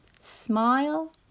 Smile